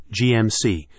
GMC